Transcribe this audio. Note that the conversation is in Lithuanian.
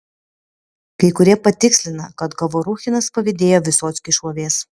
kai kurie patikslina kad govoruchinas pavydėjo vysockiui šlovės